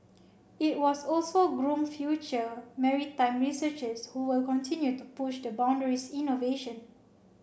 it was also groom future maritime researchers who will continue to push the boundaries innovation